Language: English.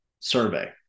survey